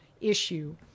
issue